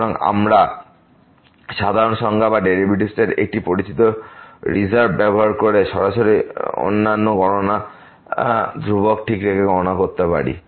সুতরাং আমরা সাধারণ সংজ্ঞা বা ডেরিভেটিভস এর একটি পরিচিত রিজার্ভ ব্যবহার করে সরাসরি অন্যান্য গণনা ধ্রুবক ঠিক রেখে গণনা করতে পারি